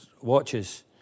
watches